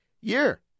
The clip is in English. year